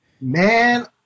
Man